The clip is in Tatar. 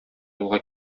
юлга